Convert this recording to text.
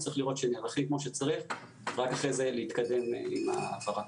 צריך לראות שנערכים כמו שצריך ורק אחרי זה להתקדם עם ההעברה.